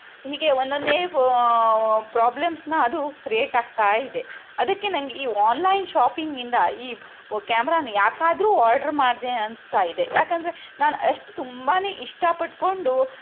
ಹೀಗೆ ಒಂದೊಂದೇ ಪ್ರಾಬ್ಲಮ್ಸ್ನ ಅದು ಕ್ರಿಯೇಟ್ ಆಗ್ತಾಯಿದೆ ಅದಕ್ಕೆ ನನಗೆ ಈ ಆನ್ಲೈನ್ ಶಾಪಿಂಗಿಂದ ಈ ಕ್ಯಾಮರಾನ ಯಾಕಾದ್ರೂ ಆರ್ಡರ್ ಮಾಡಿದೆ ಅನ್ನಿಸ್ತಾಯಿದೆ ಯಾಕೆಂದ್ರೆ ನಾನು ಅಷ್ಟು ತುಂಬನೇ ಇಷ್ಟಪಟ್ಕೊಂಡು